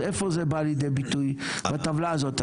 איפה זה בא לידי ביטוי בטבלה הזאת?